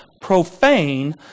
profane